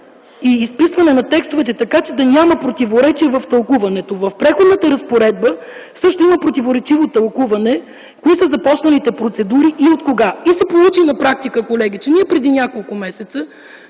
и изписване на текстовете така, че да няма противоречия в тълкуването. В Преходната разпоредба също има противоречиво тълкуване кои са започнатите процедури и откога. Колега, получи се на практика, че преди няколко месеца